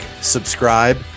subscribe